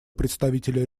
представителя